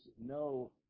no